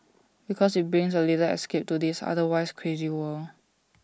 because IT brings A little escape to this otherwise crazy world